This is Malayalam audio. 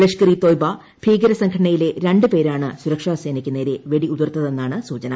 ലഷ്കർ ഇ തോയിബ ഭീകര സംഘടനയിലെ രണ്ടു പേരാണ് സുരക്ഷാസേനയ്ക്ക് നേരെ വെടി ഉതിർത്തത് എന്നാണ് സൂചന